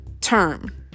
term